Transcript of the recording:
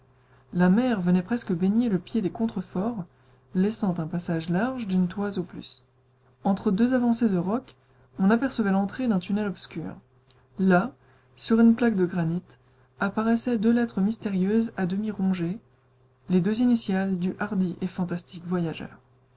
la mer venait presque baigner le pied des contre-forts laissant un passage large d'une toise au plus entre deux avancées de roc on apercevait l'entrée d'un tunnel obscur là sur une plaque de granit apparaissaient deux lettres mystérieuses à demi rongées les deux initiales du hardi et fantastique voyageur